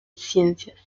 ciencias